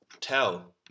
tell